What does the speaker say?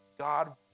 God